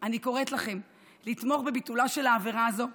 אני קוראת לכם לתמוך בביטולה של העבירה הזאת,